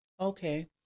okay